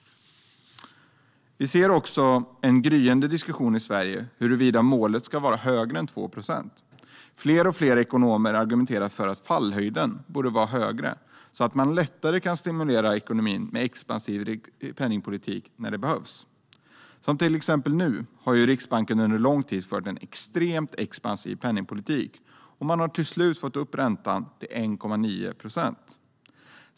Vi ser också en gryende diskussion i Sverige om huruvida målet ska vara högre än 2 procent. Fler och fler ekonomer argumenterar för att fallhöjden borde vara högre så att man lättare kan stimulera ekonomin med expansiv penningpolitik när det behövs. Till exempel har Riksbanken under lång tid fört en extremt expansiv penningpolitik, och man har till slut fått upp räntan till 1,9 procent.